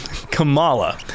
Kamala